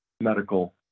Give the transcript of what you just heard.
medical